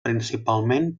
principalment